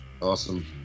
Awesome